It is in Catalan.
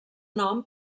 nom